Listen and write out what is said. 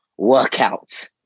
workouts